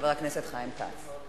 חבר הכנסת חיים כץ.